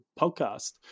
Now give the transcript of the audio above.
podcast